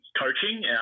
coaching